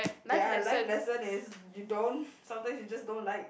ya life lesson is you don't sometimes you just don't like